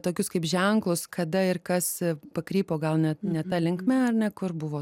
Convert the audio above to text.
tokius kaip ženklus kada ir kas pakrypo gal ne ne ta linkme ar ne kur buvo